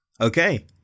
Okay